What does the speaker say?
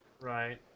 right